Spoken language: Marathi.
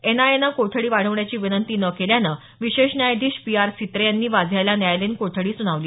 एन आय एनं कोठडी वाढवण्याची विनंती न केल्यानं विशेष न्यायाधीश पी आर सित्रे यांनी वाझे याला न्यायालयीन कोठडी दिली